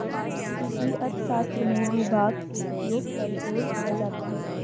कृषि अर्थशास्त्र में भूभाग के उपयोग पर जोर दिया जाता है